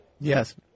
Yes